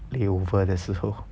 layover 的时候